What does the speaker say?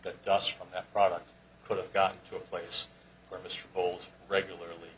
that dust from that product could have gotten to a place where mr bowles regularly